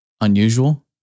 unusual